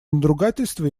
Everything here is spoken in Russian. надругательства